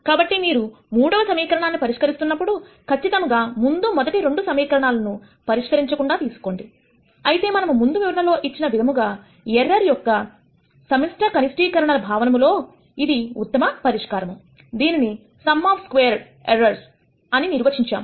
కాబట్టి మీరు మూడవ సమీకరణాన్ని పరిష్కరిస్తున్నప్పుడు ఖచ్చితంగా గాముందు మొదటి రెండు సమీకరణాలను పరిష్కరించకుండా తీసుకోండి అయితే మనము ముందు వివరణలో ఇచ్చిన విధముగా ఎర్రర్ యొక్క సమిష్ట కనిష్ఠీకరణల భావములో ఇది ఉత్తమ పరిష్కారందీనిని sum of squared errors అని నిర్వచిమ్చాము